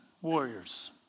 warriors